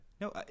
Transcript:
No